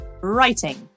writing